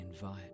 Invite